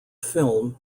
film